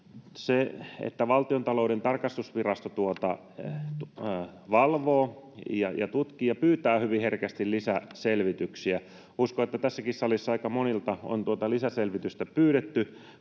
että Valtiontalouden tarkastusvirasto valvoo ja tutkii ja pyytää hyvin herkästi lisäselvityksiä. Uskon, että tässäkin salissa aika monilta on tuota lisäselvitystä pyydetty,